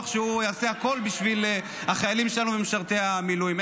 שהוא יעשה הכול בשביל החיילים שלנו ומשרתי המילואים,